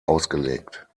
ausgelegt